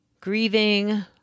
grieving